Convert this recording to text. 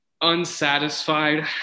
unsatisfied